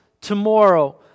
tomorrow